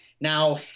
Now